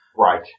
Right